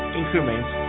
increments